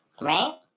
Right